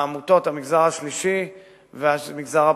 העמותות, המגזר השלישי והמגזר הפרטי.